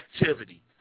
activity